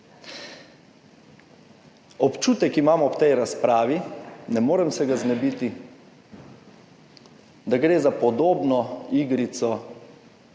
Občutek imam ob tej razpravi, ne morem se ga znebiti, da gre za podobno igrico